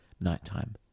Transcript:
nighttime